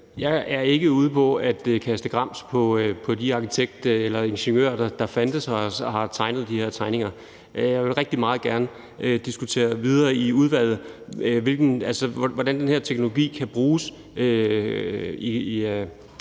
Jeg er ikke ude på at kaste grams på de fortidige arkitekter og ingeniører, der har tegnet de her tegninger, og jeg vil meget rigtig gerne diskutere videre i udvalget, hvordan den her teknologi kan bruges